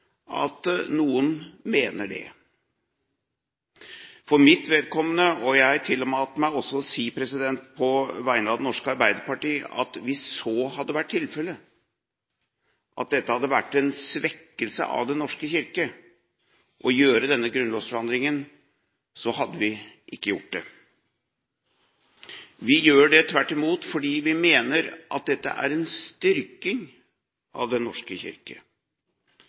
at noen mener det. For mitt vedkommende vil jeg si – og jeg tillater meg også å si det på vegne av Det norske Arbeiderparti – at hvis det hadde vært tilfellet at det hadde vært en svekkelse av Den norske kirke å gjøre denne grunnlovsendringen, hadde vi ikke gjort det. Vi gjør det tvert imot fordi vi mener at dette er en styrking av Den norske kirke,